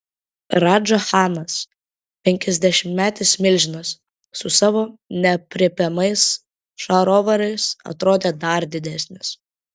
radža chanas penkiasdešimtmetis milžinas su savo neaprėpiamais šarovarais atrodė dar didesnis